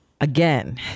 again